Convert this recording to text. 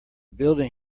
building